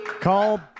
Call